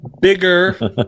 bigger